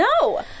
No